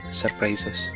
surprises